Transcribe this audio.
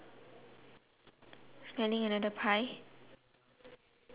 on the bricks I have thursday late night shop do you have it